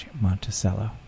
Monticello